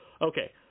Okay